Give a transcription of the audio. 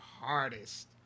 hardest